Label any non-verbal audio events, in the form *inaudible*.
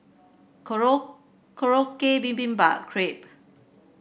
*unintelligible* Korokke Bibimbap Crepe